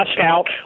out